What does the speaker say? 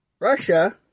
Russia